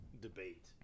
debate